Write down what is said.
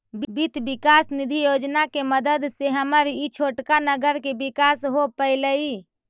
वित्त विकास निधि योजना के मदद से हमर ई छोटका नगर के विकास हो पयलई